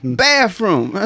bathroom